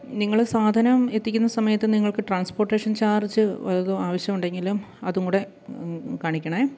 നിങ്ങള് സാധനം എത്തിക്കുന്ന സമയത്ത് നിങ്ങൾക്ക് ട്രാൻസ്പോർട്ടേഷൻ ചാർജ് വല്ലതും ആവശ്യമുണ്ടെങ്കിലും അതുംകൂടെ കാണിക്കണേ